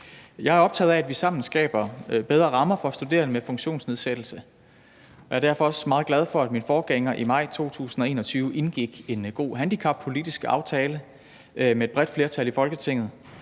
Jeg er optaget af, at vi sammen skaber bedre rammer for studerende med funktionsnedsættelse, og jeg er derfor også meget glad for, at min forgænger i maj 2021 indgik en god handicappolitisk aftale med et bredt flertal i Folketinget,